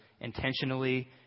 intentionally